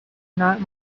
not